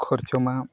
ᱠᱷᱚᱨᱪᱟ ᱢᱟ